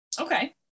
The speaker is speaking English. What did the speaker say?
Okay